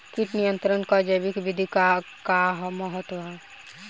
कीट नियंत्रण क जैविक विधि क का महत्व ह?